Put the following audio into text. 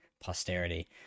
posterity